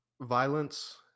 violence